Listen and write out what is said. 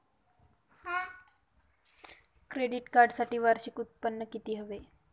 Credit कार्डसाठी वार्षिक उत्त्पन्न किती हवे?